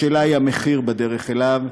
השאלה היא המחיר בדרך אליו,